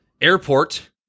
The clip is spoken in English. airport